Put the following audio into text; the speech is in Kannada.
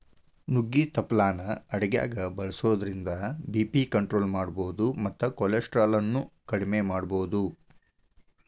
ನುಗ್ಗಿ ತಪ್ಪಲಾನ ಅಡಗ್ಯಾಗ ಬಳಸೋದ್ರಿಂದ ಬಿ.ಪಿ ಕಂಟ್ರೋಲ್ ಮಾಡಬೋದು ಮತ್ತ ಕೊಲೆಸ್ಟ್ರಾಲ್ ಅನ್ನು ಅಕೆಡಿಮೆ ಮಾಡಬೋದು